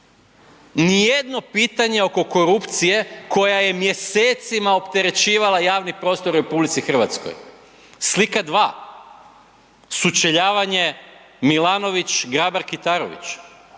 nijedno pitanje oko korupcije koja je mjesecima opterećivala javni prostor u RH. Slika 2, sučeljavanje Milanović-Grabar Kitarović,